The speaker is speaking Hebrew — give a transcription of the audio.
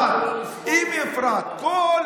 אז הם ימשיכו לא לספור אתכם.